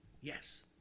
Yes